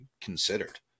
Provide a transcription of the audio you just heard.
considered